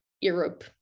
europe